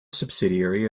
subsidiary